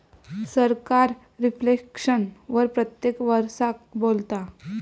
सरकार रिफ्लेक्शन वर प्रत्येक वरसाक बोलता